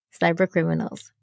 cybercriminals